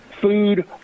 food